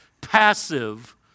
passive